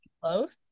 close